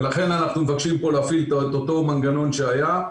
ולכן אנחנו דורשים פה להפעיל את אותו מנגנון שהיה.